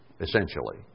essentially